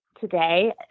today